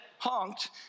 Honked